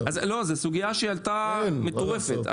לא, זו סוגיה שהייתה מטורפת.